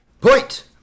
Point